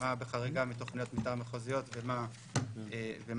מה בחריגה מתוכניות מתאר מחוזיות ומה לא.